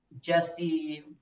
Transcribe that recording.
Jesse